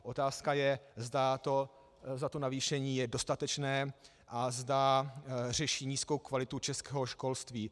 Otázka je, zda to navýšení je dostatečné a zda řeší nízkou kvalitu českého školství.